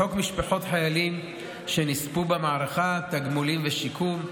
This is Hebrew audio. לחוק משפחות חיילים שנספו במערכה (תגמולים ושיקום),